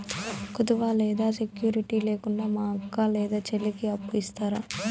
కుదువ లేదా సెక్యూరిటి లేకుండా మా అక్క లేదా చెల్లికి అప్పు ఇస్తారా?